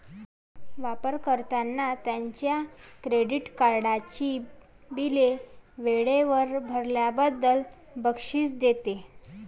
वापर कर्त्यांना त्यांच्या क्रेडिट कार्डची बिले वेळेवर भरल्याबद्दल बक्षीस देते